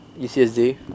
UCSD